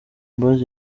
boys